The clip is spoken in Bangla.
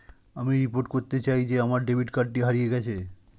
আমি রিপোর্ট করতে চাই যে আমার ডেবিট কার্ডটি হারিয়ে গেছে